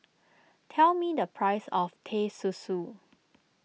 tell me the price of Teh Susu